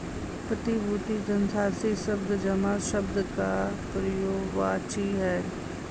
प्रतिभूति धनराशि शब्द जमा शब्द का पर्यायवाची है